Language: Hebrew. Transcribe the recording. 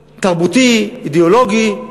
תרבותי, אידיאולוגי,